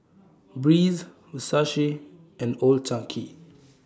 Breeze and Old Chang Kee